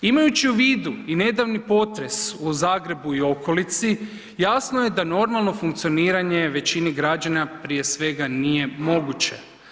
Imajući u vidu i nedavni potres u Zagrebu i okolici, jasno je da normalno funkcioniranje većini građana prije svega nije moguće.